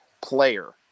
player